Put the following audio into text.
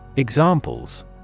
Examples